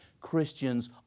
Christians